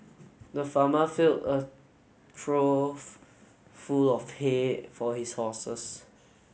the farmer filled a trough full of hay for his horses